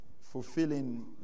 fulfilling